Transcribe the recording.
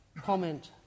comment